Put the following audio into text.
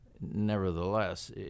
Nevertheless